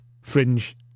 Fringe